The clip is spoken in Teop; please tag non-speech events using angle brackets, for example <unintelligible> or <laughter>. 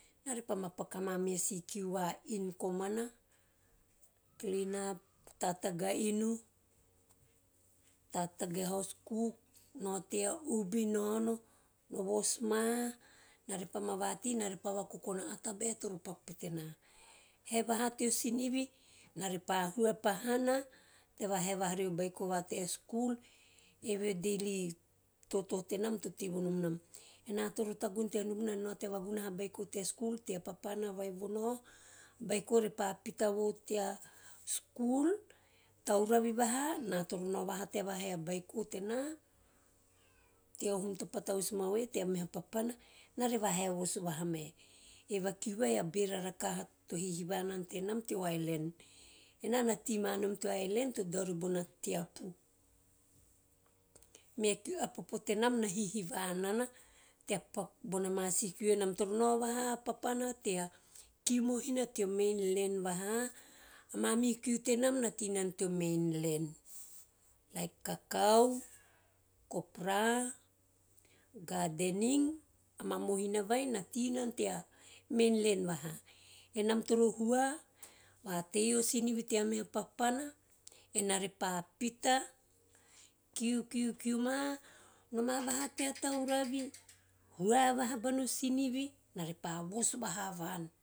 Ena repa ma paku ama meha si kiu vainu komana, klin ap, tatagi a inu, tatagi a haus kuk nao tea ubi naono, nao vosma ena repama vatei na repa vakoka a tabae toro paku pete na. Hae voha teo siuivi ena repa hua pahana tea vahae vaha reo beiko va tea skul, eve a daily toto tenam to tei vonom nau. Ena to tagune tea nubunubu nane nao tea vagunaha beiko tea skul tea papana vai vanao. Beiko repa pita vo tea skul, tauravi vaha na toro nao vaha tea vahe a beiko tena, tea hum topa tavus mau e tea meha papana, eve a kiu vai a bera vakahe to hihiva nana tenam teo island. Ena na tei ma uoa teo island to dao riori bona teapu, mea, kiu <unintelligible> a popo tenam na hihiva nana tea paku bona ma si kiu tenam, enam toro hao vaha papana tea kiu mohina teo mainland vaha, a mamihu kiu tenam na teinana teo mainland vaha, like kakau, kopra, gardening. Ama mohina vai na tei nana teo mainland, menam toro hua, va tei o sinivi teo mainland, menam toro hua, va tei o sinivi tea meha papana ena repa pita kiu- kiu ma noma vaha tea tauravi hua vaha bana teo sinivi ena repa vos vaha van.